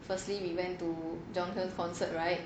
firstly we went to join concert right